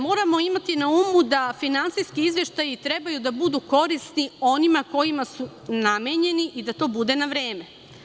Moramo imati na umu da finansijski izveštaji trebaju da budu korisni onima kojima su namenjeni i da to bude na vreme.